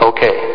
Okay